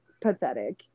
pathetic